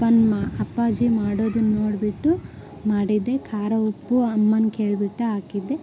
ಅಪ್ಪನ ಮಾ ಅಪ್ಪಾಜಿ ಮಾಡೋದನ್ನು ನೋಡಿಬಿಟ್ಟು ಮಾಡಿದ್ದೆ ಖಾರ ಉಪ್ಪು ಅಮ್ಮನ ಕೇಳ್ಬಿಟ್ಟು ಹಾಕಿದ್ದೆ